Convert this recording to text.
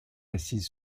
assise